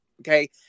okay